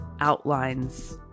outlines